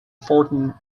fourteen